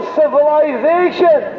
civilization